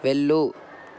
వెళ్ళు